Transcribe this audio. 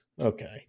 Okay